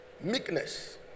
Meekness